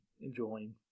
enjoying